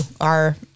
are-